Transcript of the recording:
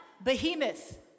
behemoth